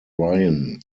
ryan